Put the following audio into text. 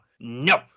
No